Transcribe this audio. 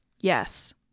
Yes